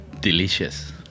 delicious